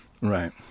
Right